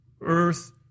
earth